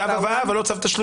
צו הבאה, אבל לא צו תשלומים.